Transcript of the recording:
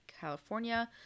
California